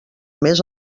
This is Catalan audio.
més